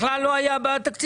אז למה אין את זה בהחלטת הממשלה?